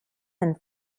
and